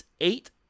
eight